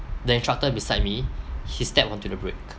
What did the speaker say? the instructor beside me he stepped onto the break